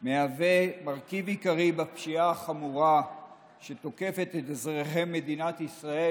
מהווה מרכיב עיקרי בפשיעה החמורה שתוקפת את אזרחי מדינת ישראל,